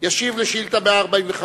2. מה נעשה כדי לסייע לחסרי הבית?